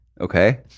Okay